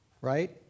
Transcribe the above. right